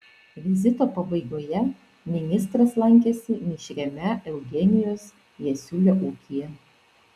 vizito pabaigoje ministras lankėsi mišriame eugenijaus jasiulio ūkyje